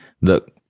look